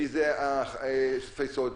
מי זה שותפי הסוד,